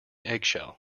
eggshell